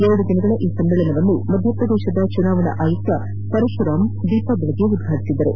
ಎರಡು ದಿನಗಳ ಈ ಸಮ್ಮೇಳನವನ್ನು ಮಧ್ಯಪ್ರದೇಶದ ಚುನಾವಣಾ ಆಯುಕ್ತ ಪರಶುರಾಂ ದೀಪ ಬೆಳಗಿ ಉದ್ವಾಟಿಸಿದರು